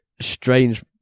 strange